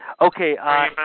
Okay